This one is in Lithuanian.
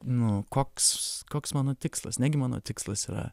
nu koks koks mano tikslas negi mano tikslas yra